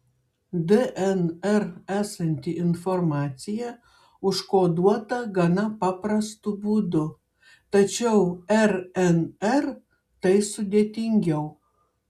dnr esanti informacija užkoduota gana paprastu būdu tačiau rnr tai sudėtingiau